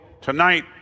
tonight